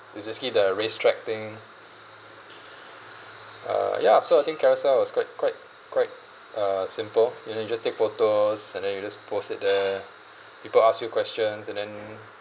they just give the restricting uh ya after I think Carousell was quite quite quite uh simple you know you just take photos and then you just post it there people ask you questions and then